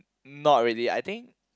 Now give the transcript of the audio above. not really I think